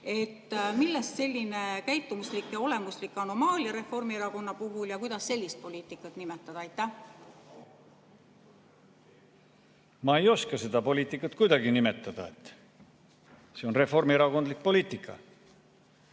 Millest selline käitumuslik ja olemuslik anomaalia Reformierakonna puhul ja kuidas sellist poliitikat nimetada? Ma ei oska seda poliitikat kuidagi nimetada, see on reformierakondlik poliitika.